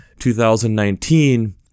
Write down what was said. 2019